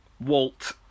Walt